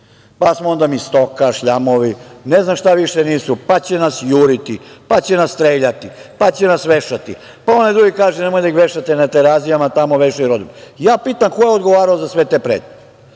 pa smo onda mi stoka, šljamovi, ne znam šta više nisu, pa će nas juriti, pa će nas streljati, pa će nas vešati, pa onaj drugi kaže nemojte da ih vešate na Terazijama, tamo vešaju rodoljube. Ja pitam – ko je odgovarao za sve te pretnje?